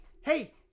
Hey